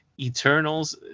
eternals